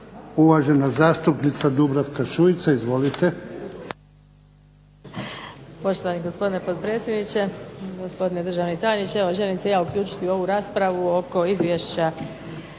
uvažena zastupnica Dubravka Šuica. Izvolite.